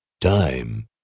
Time